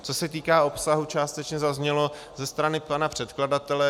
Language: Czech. Co se týká obsahu, částečně to zaznělo ze strany pana předkladatele.